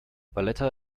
valletta